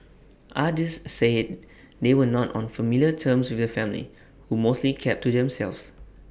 others said they were not on familiar terms with family who mostly kept to themselves